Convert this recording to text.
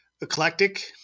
eclectic